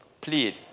please